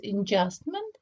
adjustment